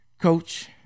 Coach